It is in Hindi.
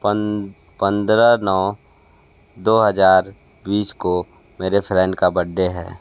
पंद्रह नौ दो हज़ार बीस को मेरे फ्रेंड का बर्डे है